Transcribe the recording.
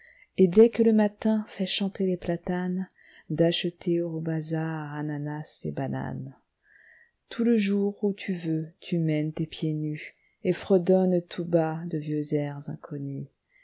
et dès que le matin fait chanter les platanes d'acheter au bazar ananas et bananes tout le jour où tu veux tu mènes tes pieds nus et fredonnes tout bas de vieux airs inconnus